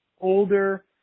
older